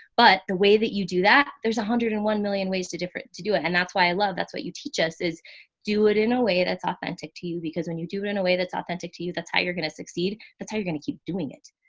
but the way that you do that, there's one hundred and one million ways to different to do it. and that's why i love that's what you teach us is do it in a way that's authentic authentic to you because when you do it in a way that's authentic to you, that's how you're going to succeed. that's how you're going to keep doing it,